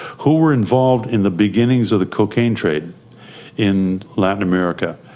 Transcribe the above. who were involved in the beginnings of the cocaine trade in latin america.